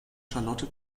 charlotte